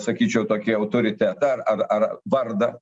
sakyčiau tokį autoritetą ar ar ar vardą